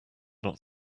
not